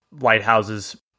lighthouses